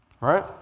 right